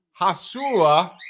Hashua